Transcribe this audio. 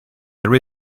there